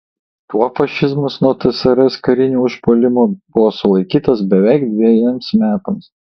tuo fašizmas nuo tsrs karinio užpuolimo buvo sulaikytas beveik dvejiems metams